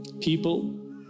people